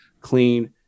clean